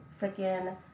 freaking